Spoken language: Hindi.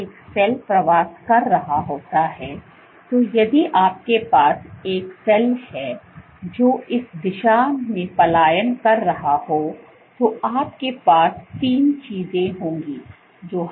जब एक सेल प्रवास कर रहा होता है तो यदि आपके पास एक सेल है जो इस दिशा में पलायन कर रहा है तो आपके पास तीन चीजें होंगी जो हम बताएंगे